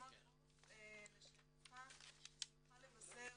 מצלמות גוף, לשאלתך, אני שמחה לבשר